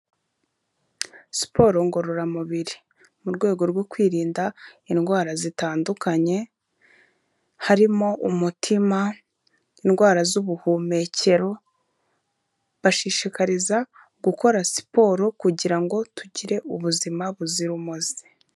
Siporo ngororamubiri mu rwego rwo kwirinda indwara zitandukanye, harimo umutima, indwara z'ubuhumekero, bashishikariza gukora siporo kugira ngo tugire ubuzima buzira umuze.